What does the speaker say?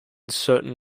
certain